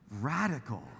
Radical